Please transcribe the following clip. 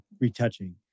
retouching